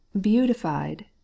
Beautified